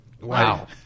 wow